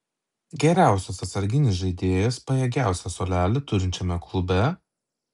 geriausias atsarginis žaidėjas pajėgiausią suolelį turinčiame klube